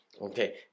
Okay